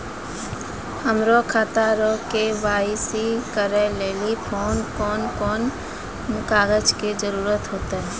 हमरो खाता रो के.वाई.सी करै लेली कोन कोन कागज के जरुरत होतै?